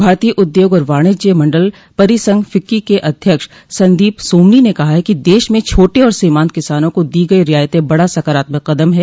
भारतीय उद्योग और वाणिज्य मंडल परिसंघ फिक्की के अध्यक्ष संदीप सोमनी ने कहा है कि देश में छाटे और सीमान्त किसानों को दी गई रियायतें बड़ा सकारात्मक कदम है